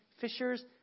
fishers